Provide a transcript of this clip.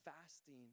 fasting